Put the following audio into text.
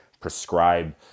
prescribe